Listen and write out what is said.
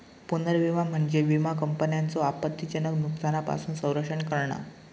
पुनर्विमा म्हणजे विमा कंपन्यांचो आपत्तीजनक नुकसानापासून संरक्षण करणा